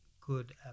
good